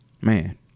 Man